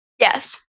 Yes